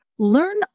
Learn